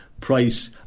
price